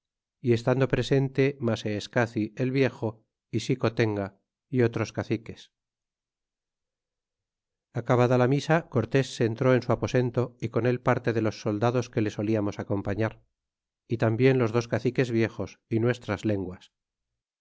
y estando presente maseescaci el viejo y xicotenga y otros caciques y acabada la misa cortés se entró en su aposento y con él parte de los soldados que le soliamos acompañar y tambien los dos caciques viejos y nuestras lenguas